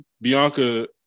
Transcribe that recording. Bianca